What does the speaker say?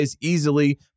easily